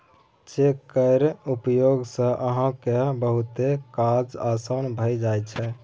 cheque केर उपयोग सँ अहाँक बहुतो काज आसान भए जाइत छै